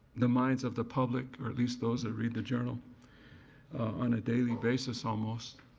the minds of the public, or at least those that read the journal on a daily basis almost.